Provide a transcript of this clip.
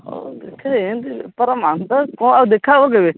ହଉ ଏଥର ଏମିତି ବେପାର ମାନ୍ଦା ଆଉ କ'ଣ ଦେଖା ହେବ କେବେ